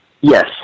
Yes